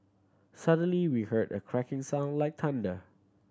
suddenly we heard a cracking sound like thunder